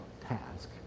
task